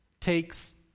takes